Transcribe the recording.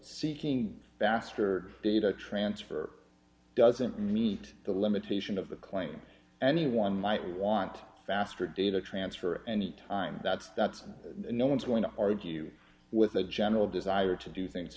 seeking faster data transfer doesn't meet the limitation of the claim anyone might want faster data transfer any time that's that's no one's going to argue with a general desire to do things